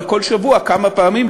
וכל שבוע כמה פעמים,